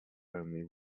only